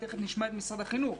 ותיכף נשמע את משרד החינוך,